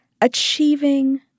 achieving